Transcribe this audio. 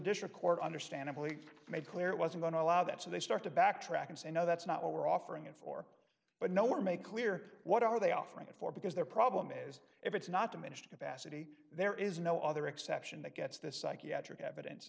district court understandably made clear it wasn't going to allow that so they start to backtrack and say no that's not what we're offering it for but nowhere make clear what are they offering it for because their problem is if it's not diminished capacity there is no other exception that gets the psychiatric evidence